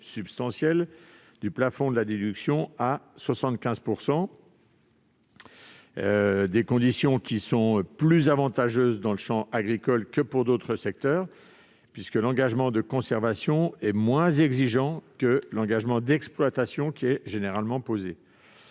substantielle du plafond de la déduction à 75 %. Elles sont d'ailleurs plus avantageuses dans le champ agricole que pour d'autres secteurs puisque l'engagement de conservation est moins exigeant que l'engagement d'exploitation généralement posé.